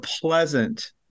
pleasant